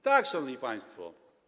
Tak, szanowni państwo.